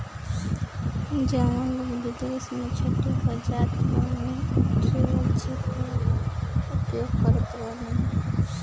जवन लोग विदेश में छुट्टी पअ जात बाने उ ट्रैवलर चेक कअ उपयोग करत बाने